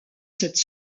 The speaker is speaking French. cette